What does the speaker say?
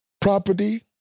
property